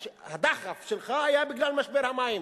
הדחף שלך היה בגלל משבר המים.